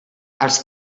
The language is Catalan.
els